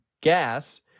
gas